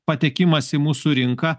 patekimas į mūsų rinką